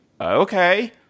okay